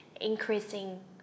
increasing